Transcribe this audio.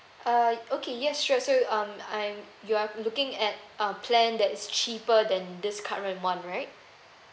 uh okay yes sure so um I'm you are looking at uh plan that is cheaper than this current one right